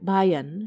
Bayan